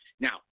Now